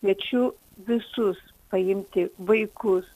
kviečiu visus paimti vaikus